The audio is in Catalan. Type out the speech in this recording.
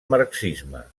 marxisme